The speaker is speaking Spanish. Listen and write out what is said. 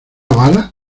bala